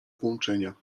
włączenia